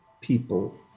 people